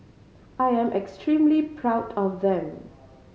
I am extremely proud of them